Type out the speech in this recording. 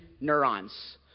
neurons